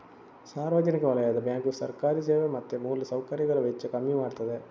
ಸಾರ್ವಜನಿಕ ವಲಯದ ಬ್ಯಾಂಕು ಸರ್ಕಾರಿ ಸೇವೆ ಮತ್ತೆ ಮೂಲ ಸೌಕರ್ಯಗಳ ವೆಚ್ಚ ಕಮ್ಮಿ ಮಾಡ್ತದೆ